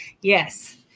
Yes